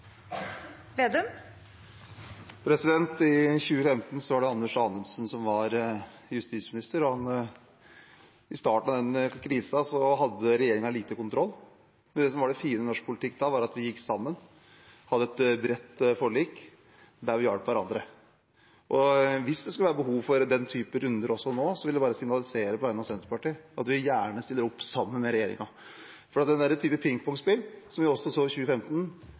den krisen hadde regjeringen lite kontroll. Det som var det fine med norsk politikk da, var at vi gikk sammen og hadde et bredt forlik der vi hjalp hverandre. Hvis det skulle være behov for den type runder også nå, vil jeg bare signalisere på vegne av Senterpartiet at vi gjerne stiller opp sammen med regjeringen. For den typen pingpong-spill som vi så i 2015,